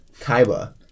Kaiba